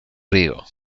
río